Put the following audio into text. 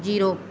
zero